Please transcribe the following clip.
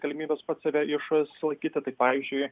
galimybes pats save išsilaikyti tai pavyzdžiui